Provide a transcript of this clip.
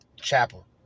Chapel